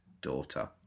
daughter